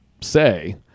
say